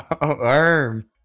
Arm